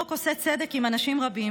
החוק עושה צדק עם אנשים רבים,